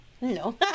No